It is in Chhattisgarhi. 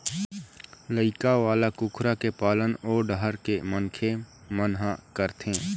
लड़ई वाला कुकरा के पालन ओ डाहर के मनखे मन ह करथे